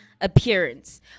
appearance